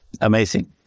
amazing